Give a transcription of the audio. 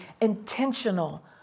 intentional